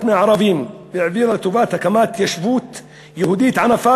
מערבים והעבירה אותן לטובת הקמת התיישבות יהודית ענפה,